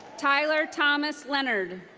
tyler thomas leonard.